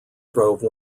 drove